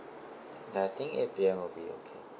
ya I think eight P_M would be okay